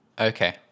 Okay